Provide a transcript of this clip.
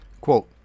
Quote